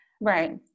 right